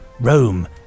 Rome